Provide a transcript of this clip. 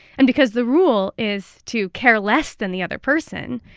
and because the rule is to care less than the other person,